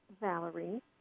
Valerie